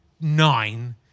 nine